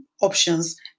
options